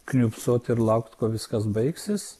kniūbsot ir laukt kol viskas baigsis